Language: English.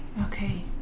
Okay